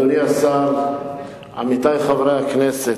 אדוני השר, עמיתי חברי הכנסת,